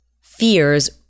fears